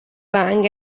bang